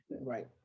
right